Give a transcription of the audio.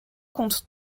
compte